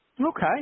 Okay